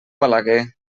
balaguer